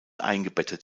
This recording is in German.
eingebettet